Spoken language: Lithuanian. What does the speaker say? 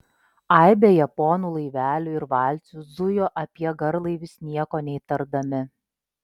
aibė japonų laivelių ir valčių zujo apie garlaivius nieko neįtardami